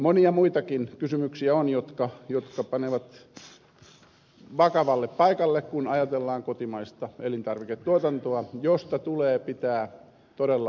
monia muitakin kysymyksiä on jotka panevat vakavalle paikalle kun ajatellaan kotimaista elintarviketuotantoa josta tulee pitää todella huolta